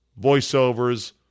voiceovers